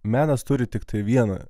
menas turi tiktai vieną